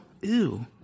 Ew